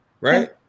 right